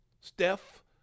Steph